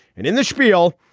and in the spiel,